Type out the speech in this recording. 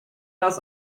das